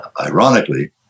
ironically